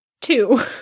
Two